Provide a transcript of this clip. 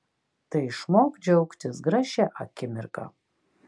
tai išmok džiaugtis gražia akimirka